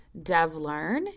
DevLearn